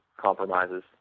compromises